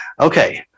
okay